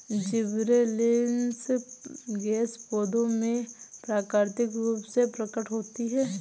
gibberellins gas पौधों में प्राकृतिक रूप से प्रकट होती है